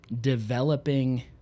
developing